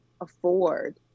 afford